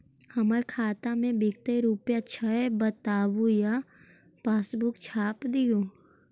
हमर खाता में विकतै रूपया छै बताबू या पासबुक छाप दियो?